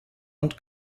und